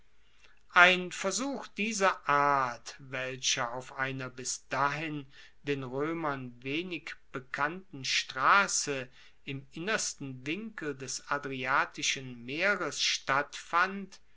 ein versuch dieser art welcher auf einer bis dahin den roemern wenig bekannten strasse im innersten winkel des adriatischen meeres stattfand